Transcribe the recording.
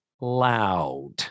loud